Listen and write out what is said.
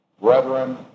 Brethren